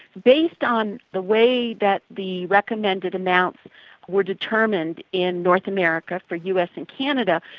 based on the way that the recommended amounts were determined in north america for us and canada,